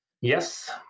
Yes